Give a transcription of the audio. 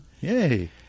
Yay